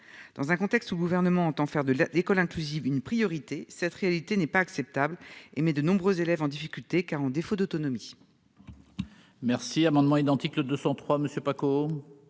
dans un contexte où le gouvernement entend faire de l'école inclusive une priorité cette réalité n'est pas acceptable et mais de nombreux élèves en difficulté car en défaut d'autonomie.